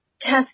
test